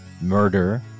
Murder